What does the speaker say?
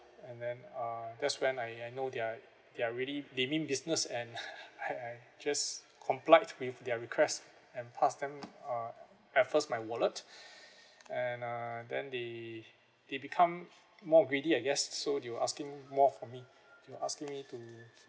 and then uh that's when I I know they are they are really they mean business and I I just complied with their request and passed them uh at first my wallet and uh then they they become more greedy I guess so they were asking more for me they were asking me to